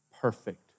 perfect